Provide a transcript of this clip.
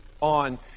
on